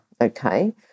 Okay